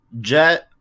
jet